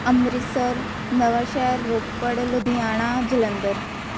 Amritsar Nawanshahr Ropar Ludhiana Jalandhar